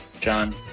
John